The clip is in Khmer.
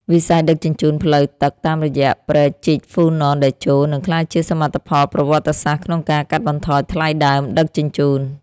វិស័យដឹកជញ្ជូនផ្លូវទឹកតាមរយៈព្រែកជីកហ្វូណនតេជោនឹងក្លាយជាសមិទ្ធផលប្រវត្តិសាស្ត្រក្នុងការកាត់បន្ថយថ្លៃដើមដឹកជញ្ជូន។